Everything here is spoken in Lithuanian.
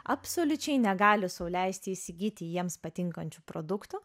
absoliučiai negali sau leisti įsigyti jiems patinkančių produktų